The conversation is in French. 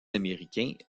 américains